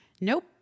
Nope